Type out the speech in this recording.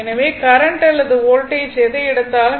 எனவே கரண்ட் அல்லது வோல்டேஜ் எதை எடுத்தாலும்